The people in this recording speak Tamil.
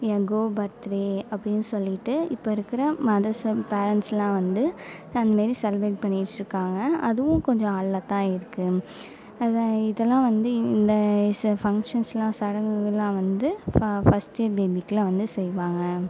எகோ பர்த்டே அப்படின்னு சொல்லிவிட்டு இப்போ இருக்கிற மதர்ஸ் பேரன்ட்ஸ்லாம் வந்து அந்தமாரி செலபரேட் பண்ணிட்டு இருக்காங்க அதுவும் கொஞ்சம் நல்லாத்தான் இருக்குது அதான் இதலாம் வந்து இந்த சில ஃபங்ஷன்ஸ்லாம் சடங்குகள்லாம் வந்து ஃபர்ஸ்ட்டு இயர் பேபிக்குலாம் வந்து செய்வாங்க